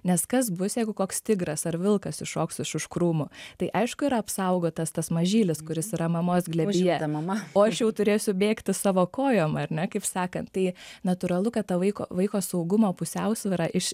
nes kas bus jeigu koks tigras ar vilkas iššoks iš už krūmų tai aišku yra apsaugotas tas mažylis kuris yra mamos glėbyje o aš jau turėsiu bėgti savo kojom ar ne kaip sakant tai natūralu kad ta vaiko vaiko saugumo pusiausvyra iš